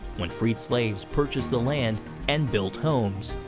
when freed slaves purchased the land and built homes.